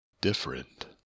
different